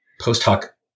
post-hoc